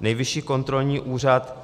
Nejvyšší kontrolní úřad